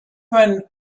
when